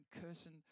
cursing